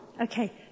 Okay